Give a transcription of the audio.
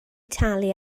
talu